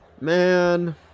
Man